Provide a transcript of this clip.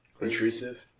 Intrusive